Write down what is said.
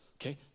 Okay